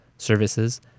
services